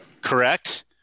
Correct